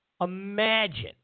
imagine